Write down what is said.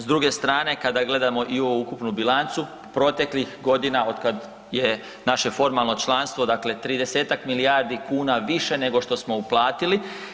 S druge strane kada gledamo i ovu ukupnu bilancu proteklih godina otkad je naše formalno članstvo, dakle 30-tak milijardi kuna više nego što smo uplatili.